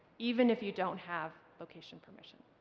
even if you don't have location permission.